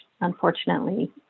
unfortunately